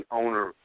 owner